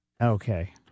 Okay